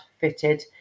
fitted